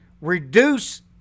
reduce